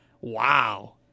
Wow